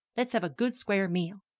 let's have a good square meal.